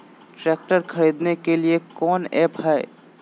Tractor खरीदने के लिए कौन ऐप्स हाय?